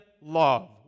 love